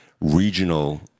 regional